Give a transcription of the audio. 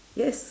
yes